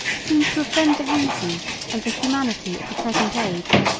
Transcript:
seems to offend the reason and the humanity of the present age.